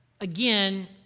Again